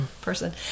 person